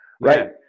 Right